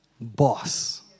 boss